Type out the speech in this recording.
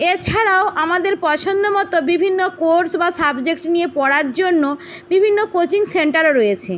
এছাড়াও আমাদের পছন্দ মতো বিভিন্ন কোর্স বা সাবজেক্ট নিয়ে পড়ার জন্য বিভিন্ন কোচিং সেন্টারও রয়েছে